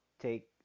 take